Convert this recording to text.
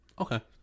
Okay